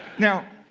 now,